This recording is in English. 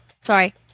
sorry